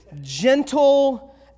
gentle